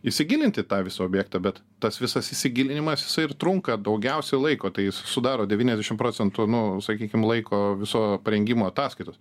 įsigilinti į tą visą objektą bet tas visas įsigilinimas jisai ir trunka daugiausiai laiko tai sudaro devyniasdešim procentų nu sakykime laiko viso aprengimo ataskaitos